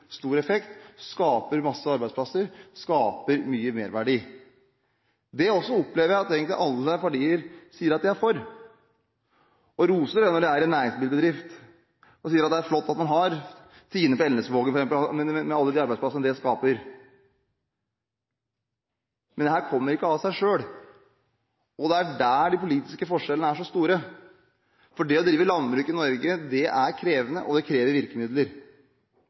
stor effekt, skaper masse arbeidsplasser, skaper mye merverdi. Det opplever jeg at egentlig alle partier også er for; de roser det og sier det er flott at man har næringsmiddelbedrifter, f.eks. Tine i Elnesvågen, med alle arbeidsplassene det skaper. Men dette kommer ikke av seg selv, og det er der de politiske forskjellene er så store. Det å drive landbruk i Norge er krevende, og det krever virkemidler.